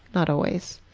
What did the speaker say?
not always.